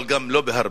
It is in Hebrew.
אבל גם לא הרבה.